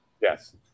Yes